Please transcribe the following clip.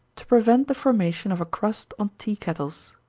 to prevent the formation of a crust on tea-kettles.